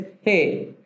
hey